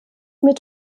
mit